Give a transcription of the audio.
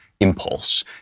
impulse